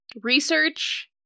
research